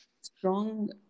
strong